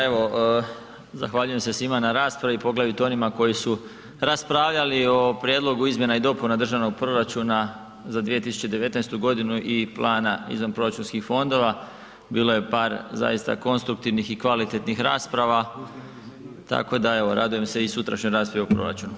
Evo, zahvaljujem se svima na raspravi, poglavito onima koji su raspravljali o prijedlogu izmjena i dopuna državnog proračuna za 2019.g. i plana izvanproračunskih fondova, bilo je par zaista konstruktivnih i kvalitetnih rasprava, tako da evo radujem se i sutrašnjoj raspravi o proračunu.